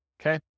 okay